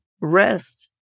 rest